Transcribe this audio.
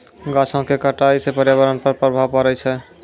गाछो क कटाई सँ पर्यावरण पर प्रभाव पड़ै छै